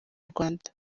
rwanda